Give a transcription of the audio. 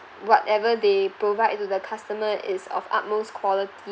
whatever they provide to the customer is of utmost quality